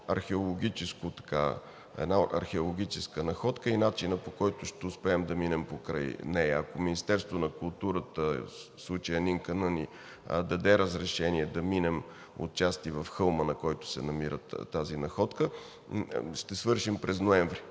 археологическа находка и начина, по който ще успеем да минем покрай нея, ако Министерството на културата, в случая НИНКН, ни даде разрешение да минем отчасти в хълма, на който се намира тази находка, ще свършим през ноември